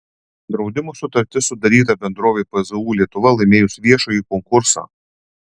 draudimo sutartis sudaryta bendrovei pzu lietuva laimėjus viešąjį konkursą